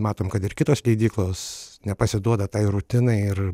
matom kad ir kitos leidyklos nepasiduoda tai rutinai ir